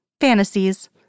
Fantasies